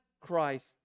Christ